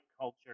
culture